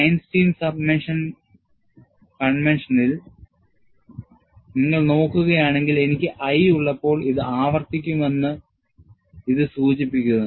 Einstein summation കൺവെൻഷനിൽ നിങ്ങൾ നോക്കുകയാണെങ്കിൽ എനിക്ക് i ഉള്ളപ്പോൾ ഇത് ആവർത്തിക്കുമെന്ന് ഇത് സൂചിപ്പിക്കുന്നു